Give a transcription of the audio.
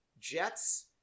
Jets